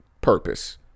purpose